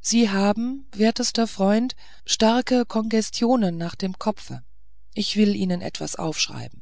sie haben wertester freund starke kongestionen nach dem kopfe ich will ihnen etwas aufschreiben